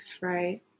right